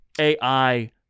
AI